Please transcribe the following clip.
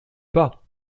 pas